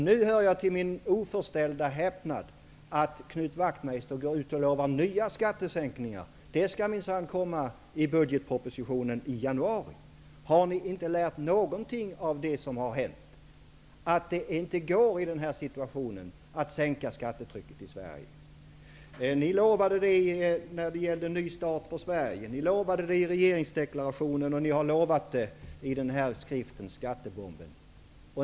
Nu hör jag till min oförställda häpnad att Knut Wachtmeister lovar nya skattesänkningar. Det skall minsann finnas med i budgetpropositionen i januari. Har ni inte lärt er något av det som har hänt? Det går inte att sänka skattetrycket i Sverige i denna situation! Ni lovade skattesänkningar i kampanjen Ny start för Sverige. Ni lovade det i regeringsdeklarationen, och ni har lovat det i skriften Skattebomben.